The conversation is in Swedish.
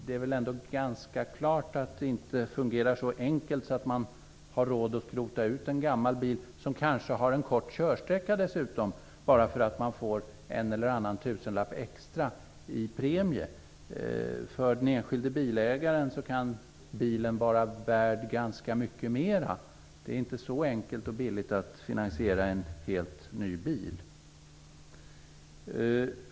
Självfallet fungerar det inte så enkelt att man har råd att skrota en gammal bil, som kanske dessutom har en kort körsträcka, bara för att man får en eller annan tusenlapp extra i premie. För den enskilde bilägaren kan bilen vara värd ganska mycket mer. Det är inte så enkelt och billigt att finansiera en helt ny bil.